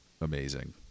amazing